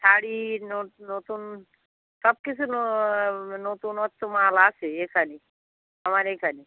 শাড়ি নতুন সব কিসু নতুনত্ব মাল আছে এখানে আমার এইখানে